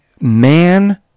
man-